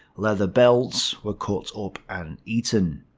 leather belts were cut up and eaten.